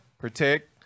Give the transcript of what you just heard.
protect